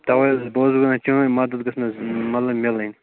تَوے حَظ بہٕ اوسُس ونان چٲنۍ مدتھ گٔژھ مےٚ حَظ مطلب میلن